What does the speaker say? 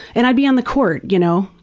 and i'd be on the court you know,